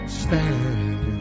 stand